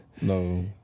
No